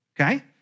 okay